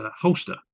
holster